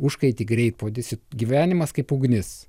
užkaiti greitpuodis gyvenimas kaip ugnis